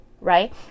right